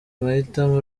mahitamo